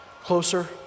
closer